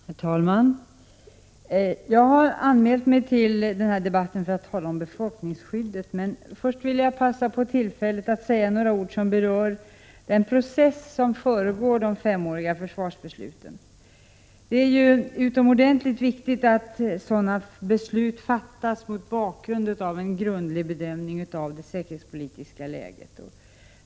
Herr talman! Jag har anmält mig till debatten för att tala om befolkningsskyddet, men först vill jag passa på tillfället att säga några ord som berör den process som föregår de femåriga försvarsbesluten. Det är utomordentligt viktigt att försvarsbesluten fattas mot bakgrund av en grundlig bedömning av det säkerhetspolitiska läget.